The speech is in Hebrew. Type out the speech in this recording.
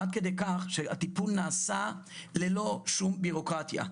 עד כדי כך שהטיפול נעשה ללא שום בירוקרטיה.